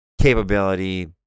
capability